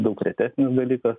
daug retesnis dalykas